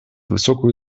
высокую